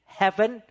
heaven